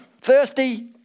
Thirsty